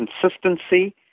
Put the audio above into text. consistency